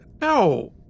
No